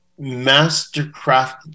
mastercraft